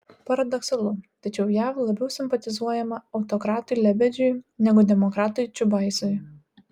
paradoksalu tačiau jav labiau simpatizuojama autokratui lebedžiui negu demokratui čiubaisui